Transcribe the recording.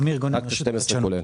אמיר גונן רשות החדשנות.